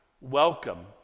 welcome